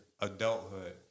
adulthood